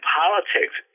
politics